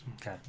Okay